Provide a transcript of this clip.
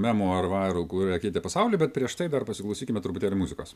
memų ar vairų kurią keitė pasaulį bet prieš tai dar pasiklausykime truputėlį muzikos